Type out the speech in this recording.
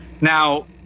Now